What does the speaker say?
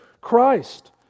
Christ